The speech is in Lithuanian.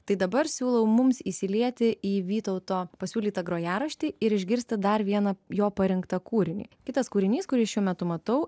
tai dabar siūlau mums įsilieti į vytauto pasiūlytą grojaraštį ir išgirsti dar vieną jo parinktą kūrinį kitas kūrinys kuris šiuo metu matau